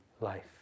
life